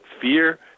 fear